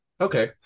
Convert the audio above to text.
okay